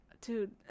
dude